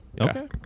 Okay